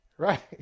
right